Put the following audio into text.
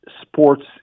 Sports